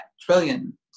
trillion